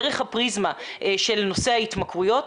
דרך הפריזמה של נושא ההתמכרויות,